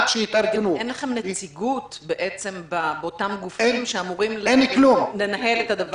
גם אין לכם נציגות באותם הגופים שאמורים לנהל משברים.